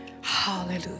Hallelujah